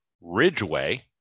Ridgeway